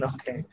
Okay